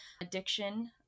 addiction